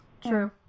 True